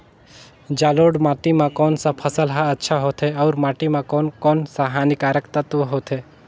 जलोढ़ माटी मां कोन सा फसल ह अच्छा होथे अउर माटी म कोन कोन स हानिकारक तत्व होथे?